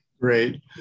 Great